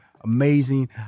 Amazing